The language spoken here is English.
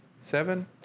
seven